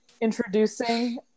introducing